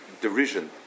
derision